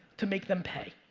to make them pay.